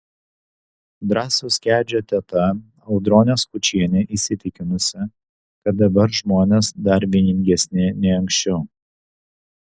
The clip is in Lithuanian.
drąsiaus kedžio teta audronė skučienė įsitikinusi kad dabar žmonės dar vieningesni nei anksčiau